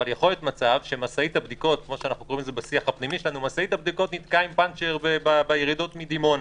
אבל ייתכן שמשאית הבדיקות נתקעה עם פנצ'ר בירידות מדימונה,